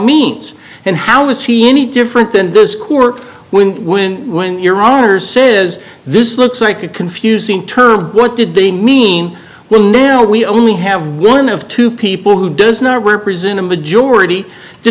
means and how is he any different than those who work when when when your honor says this looks like a confusing term what did they mean well now we only have one of two people who does not represent a majority to